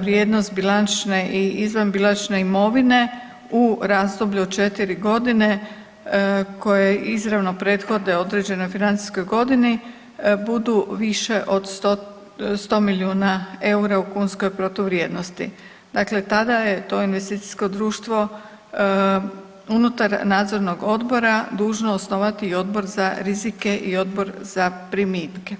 vrijednost bilančne i izvanbilančne imovine u razdoblju od četiri godine koje izravno prethode određenoj financijskoj godini budu više od 100 milijuna eura u protu kunskoj vrijednosti, dakle tada je to investicijsko društvo unutar nadzornog odbora dužno osnovati odbor za rizike i odbor za primitke.